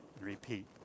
repeat